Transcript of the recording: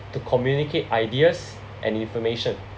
to communicate ideas and information